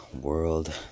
world